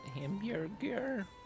Hamburger